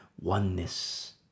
Oneness